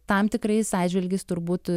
tam tikrais atžvilgiais turbūt